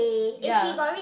ya